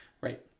Right